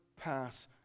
pass